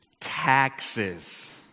Taxes